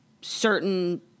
certain